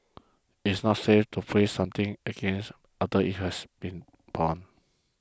it is not safe to freeze something again after it has been thawed